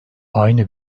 aynı